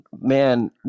man